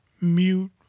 mute